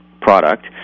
product